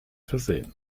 versehen